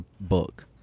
book